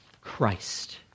Christ